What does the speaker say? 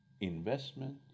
investment